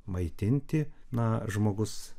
maitinti na žmogus